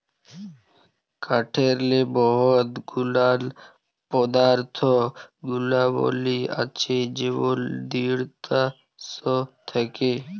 কাঠেরলে বহুত গুলান পদাথ্থ গুলাবলী আছে যেমল দিঢ়তা শক্ত থ্যাকে